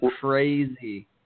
crazy